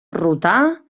rotar